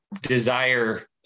desire